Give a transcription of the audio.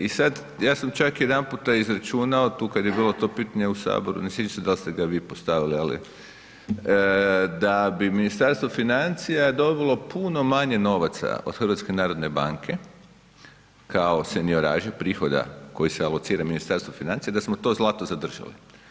I sada ja sam čak jedanputa izračunao tu kada je bilo to pitanje u Saboru, ne sjećam se da li ste ga vi postavili, ali da bi Ministarstvo financija dobilo puno manje novaca od Hrvatske narodne banke kao senioraže prihoda koji se alocira Ministarstvu financija da smo to zlato zadržali.